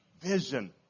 vision